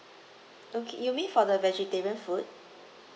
okay you mean for the vegetarian food